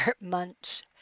Munch